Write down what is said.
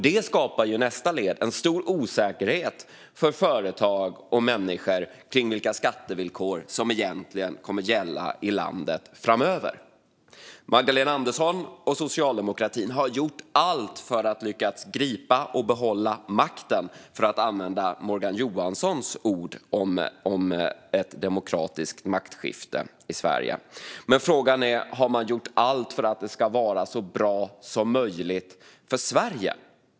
Detta skapar i nästa led en stor osäkerhet för företag och människor kring vilka skattevillkor som egentligen kommer att gälla i landet framöver. Magdalena Andersson och socialdemokratin har gjort allt för att lyckas gripa och behålla makten, för att använda Morgan Johanssons ord om ett demokratiskt maktskifte i Sverige. Men frågan är: Har man gjort allt för att det ska vara så bra som möjligt för Sverige?